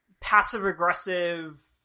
passive-aggressive